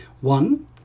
One